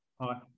Hi